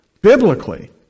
Biblically